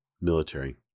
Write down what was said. Military